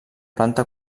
planta